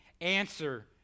answer